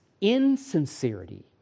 insincerity